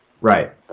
Right